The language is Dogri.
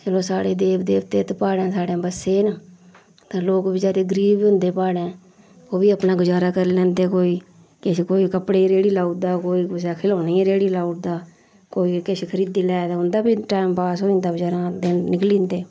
चलो साढ़े देवी देवते ते प्हाड़ें थाह्रे बस्से दे न ते लोग बेचारे गरीब बी होंदे प्हाड़ें च ओह् बी अपना गजारा करी लैंदे कोई किश कोई कपड़े दी रेह्ड़ी लाउड़दा कोई कुसै खलौने दी रेड़ी लाउड़दा कोई किश खरीदी लै ते उंदा बी टैम पास होई जंदा बेचैरे दा दिन निकली जंदे